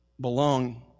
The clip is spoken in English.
belong